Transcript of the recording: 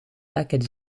lekker